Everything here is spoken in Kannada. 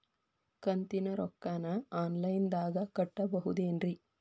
ಕಂತಿನ ರೊಕ್ಕನ ಆನ್ಲೈನ್ ದಾಗ ಕಟ್ಟಬಹುದೇನ್ರಿ?